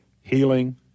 healing